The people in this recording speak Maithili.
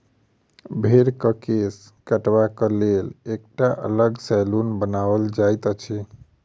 भेंड़क केश काटबाक लेल एकटा अलग सैलून बनाओल जाइत अछि